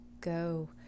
go